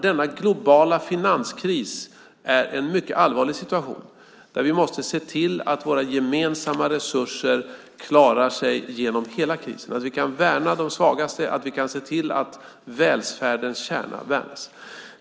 Den globala finanskrisen innebär att vi har en mycket allvarlig situation. Vi måste se till att våra gemensamma resurser klarar sig genom hela krisen så att vi kan värna de svagaste, se till att välfärdens kärna värnas.